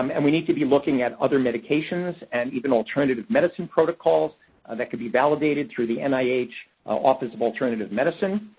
um and we need to be looking at other medications and even alternative medicine protocols that could be validated through the and nih office of alternative medicine,